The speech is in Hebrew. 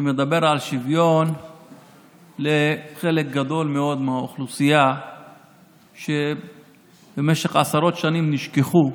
שמדבר על שוויון לחלק גדול מאוד מהאוכלוסייה שבמשך עשרות שנים נשכחו,